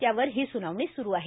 त्यावर ही सुनावणी सुरू आहे